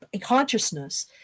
consciousness